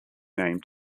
name